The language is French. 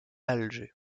alger